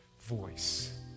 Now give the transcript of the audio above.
voice